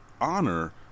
honor –